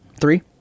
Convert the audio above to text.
three